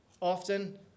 often